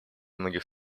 многих